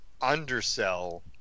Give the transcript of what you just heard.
undersell